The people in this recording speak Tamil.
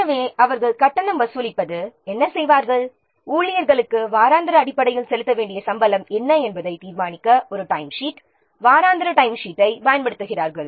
எனவே அவர்கள் கட்டணம் வசூலிப்பது என்ன செய்வார்கள் ஊழியர்களுக்கு வாராந்திர அடிப்படையில் செலுத்த வேண்டிய சம்பளம் என்ன என்பதை தீர்மானிக்க ஒரு டைம்ஷீட் வாராந்திர டைம்ஷீட்டைப் பயன்படுத்துகிறார்கள்